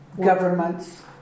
governments